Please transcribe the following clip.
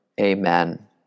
Amen